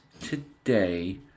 today